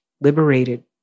liberated